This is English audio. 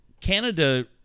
Canada